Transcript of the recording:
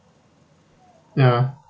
ya